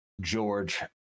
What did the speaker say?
george